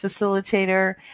facilitator